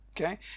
okay